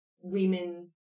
women